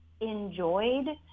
enjoyed